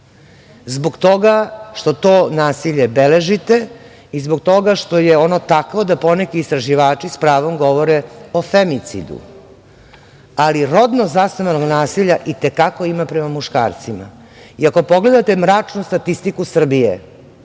zbog toga što to nasilje beležite i zbog toga što je ono takvo da poneki istraživači s pravom govore o femicidu, ali rodno zasnovanog nasilja i te kako ima prema muškarcima. Ako pogledate mračnu statistiku Srbije,